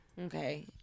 Okay